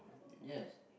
yes